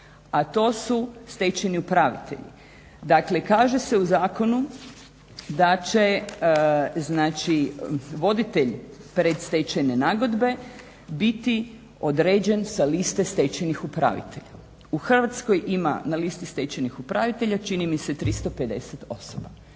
a to su stečajni upravitelji. Dakle, kaže se u zakonu da će, znači voditelj predstečajne nagodbe biti određen sa liste stečajnih upravitelja. U Hrvatskoj ima na listi stečajnih upravitelja čini mi se 350 osoba.